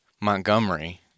Montgomery